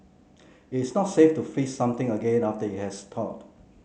it's not safe to freeze something again after it has thawed